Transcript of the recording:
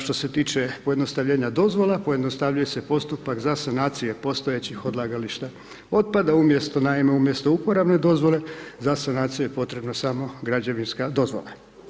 Što se tiče pojednostavljenja dozvola, pojednostavljuje se postupak za sanacije postojećih odlagališta otpada, umjesto, naime, umjesto uporabne dozvole, za sanaciju je potrebno samo građevinska dozvola.